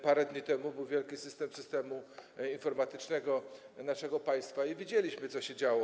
Parę dni temu była wielka awaria systemu informatycznego naszego państwa i widzieliśmy, co się działo.